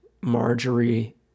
Marjorie